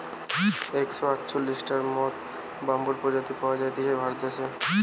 একশ আটচল্লিশটার মত বাম্বুর প্রজাতি পাওয়া জাতিছে ভারত দেশে